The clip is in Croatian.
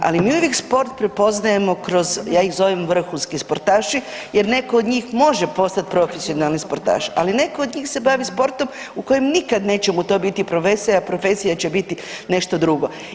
Ali, mi uvijek sport prepoznajemo kroz, ja ih zovem, vrhunski sportaši jer netko od njih može postati profesionalni sportaš, ali netko od njih se bavi sportom u kojem nikad neće mu to biti profesija, a profesija će biti nešto drugo.